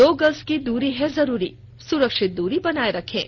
दो गज की दूरी है जरूरी सुरक्षित दूरी बनाए रखें